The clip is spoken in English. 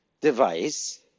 device